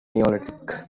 neolithic